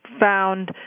found